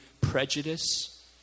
prejudice